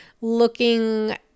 looking